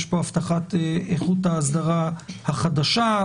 יש פה הבטחת איכות האסדרה החדשה,